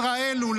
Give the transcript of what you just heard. ישראל הוא,